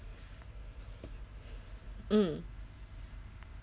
mm